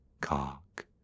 cock